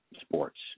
sports